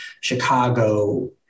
Chicago